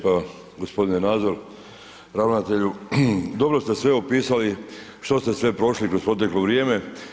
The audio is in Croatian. Pa gospodine Nazor, ravnatelju dobro ste sve opisali što ste sve prošli kroz proteklo vrijeme.